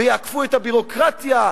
ויעקפו את הביורוקרטיה,